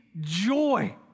joy